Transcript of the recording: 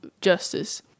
justice